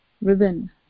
ribbon